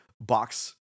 box